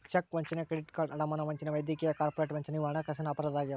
check ವಂಚನೆ credit card ಅಡಮಾನ ವಂಚನೆ ವೈದ್ಯಕೀಯ ಕಾರ್ಪೊರೇಟ್ ವಂಚನೆ ಇವು ಹಣಕಾಸಿನ ಅಪರಾಧ ಆಗ್ಯಾವ